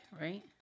right